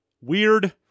Weird